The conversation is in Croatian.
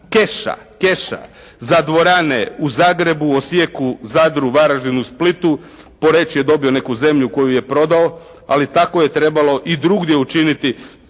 keša za dvorane u Zagrebu, Osijeku, Zadru, Varaždinu, Splitu. Poreč je dobio neku zemlju koju je prodao, ali tako je trebalo i drugdje učiniti.